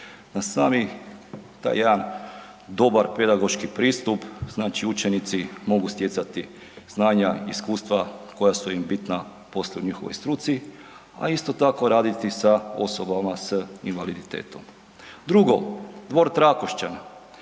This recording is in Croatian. na sami taj jedan dobar pedagoški pristup, znači učenici mogu stjecati znanja i iskustva koja su im bitna poslije u njihovoj struci, a isto tako raditi sa osobama s invaliditetom. Drugo, dvor Trakošćane.